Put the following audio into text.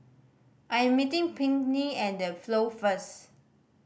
I am meeting Pinkney at The Flow first